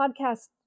podcast